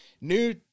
New